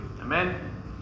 Amen